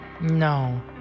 No